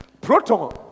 Proton